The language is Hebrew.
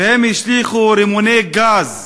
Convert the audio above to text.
והשליכו רימוני גז